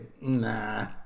Nah